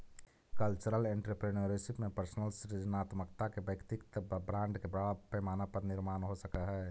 cultural entrepreneurship में personal सृजनात्मकता के वैयक्तिक ब्रांड के बड़ा पैमाना पर निर्माण हो सकऽ हई